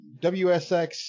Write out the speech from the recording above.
WSX